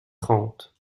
trente